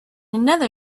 another